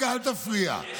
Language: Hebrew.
אל תפריע,